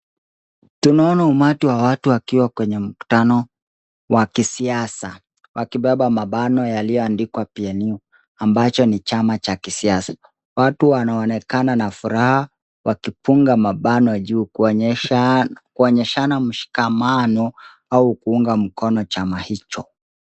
Tunaona umati wa watu wakiwa kwenye mkutano wa kisiasa, wakibeba mabano yaliyoandikwa PNU ambacho ni chama cha kisiasa. Watu wanaonekana na furaha, wakipunga mabano juu kuonyesha kuonyeshana msimamo, au kuunga mkono chama hicho.